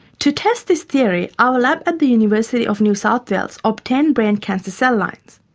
to test this theory, our lab at the university of new south wales obtained brain cancer cell lines.